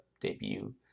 debut